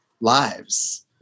lives